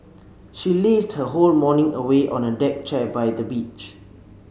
she lazed her whole morning away on a deck chair by the beach